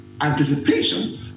anticipation